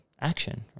action